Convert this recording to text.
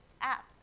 app